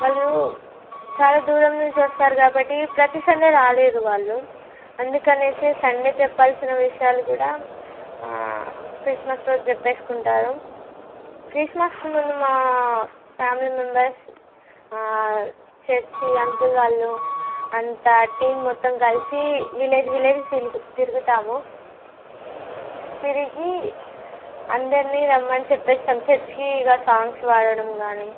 వాళ్ళు చాలా దూరం నుంచి వస్తారు కాబట్టి ప్రతీ సండే రాలేరు వాళ్ళు అందుకనేసి సండే చెప్పాల్సిన విషయాలు కూడా క్రిస్మస్ రోజు చెప్పేసుకుంటారు క్రిస్మస్కి ముందు మా ఫ్యామిలీ మెంబర్స్ చర్చి అంకుల్ వాళ్ళు అంతా టీం మొత్తం కలిసి విలేజ్ విలేజ్ తిరిగి తిరుగుతాము తిరిగి అందరినీ రమ్మని చెప్పేసి సంసచ్చీగా సాంగ్స్ పాడటం కానీ